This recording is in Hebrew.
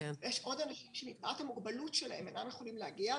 ויש עוד אנשים שמפאת המוגבלות שלהם אינם יכולים להגיע,